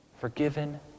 forgiven